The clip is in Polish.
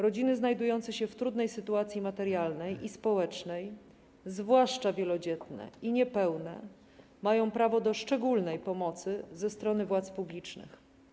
Rodziny znajdujące się w trudnej sytuacji materialnej i społecznej, zwłaszcza wielodzietne i niepełne, mają prawo do szczególnej pomocy ze strony władz publicznych”